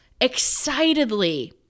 excitedly